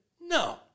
No